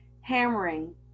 Hammering